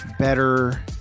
better